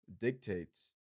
dictates